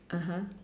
(uh huh)